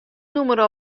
nûmer